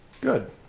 good